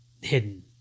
hidden